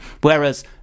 whereas